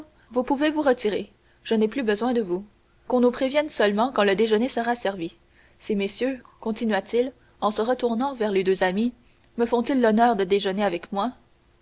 vous pouvez vous retirer je n'ai plus besoin de vous qu'on nous prévienne seulement quand le déjeuner sera servi ces messieurs continua-t-il en se retournant vers les deux amis me font-ils l'honneur de déjeuner avec moi